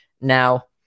Now